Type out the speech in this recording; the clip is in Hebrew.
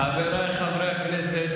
חבריי חברי הכנסת,